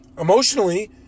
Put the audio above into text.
emotionally